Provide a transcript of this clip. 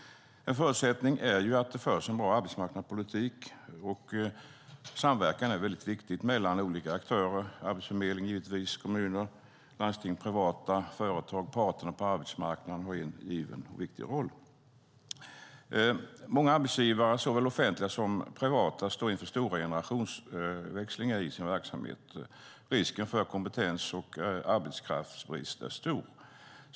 En förutsättning är att det förs en bra arbetsmarknadspolitik. Samverkan mellan olika aktörer är viktig. Det gäller givetvis Arbetsförmedlingen, kommuner, landsting, privata företag och parterna på arbetsmarknaden, som har en given och viktig roll. Många arbetsgivare, såväl offentliga som privata, står inför stora generationsväxlingar i sin verksamhet. Risken för kompetens och arbetskraftsbrist är stor.